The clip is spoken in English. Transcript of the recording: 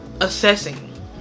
assessing